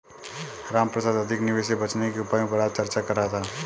रामप्रसाद अधिक निवेश से बचने के उपायों पर आज चर्चा कर रहा था